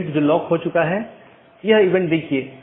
क्योंकि यह एक बड़ा नेटवर्क है और कई AS हैं